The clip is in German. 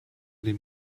dem